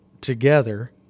together